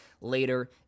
later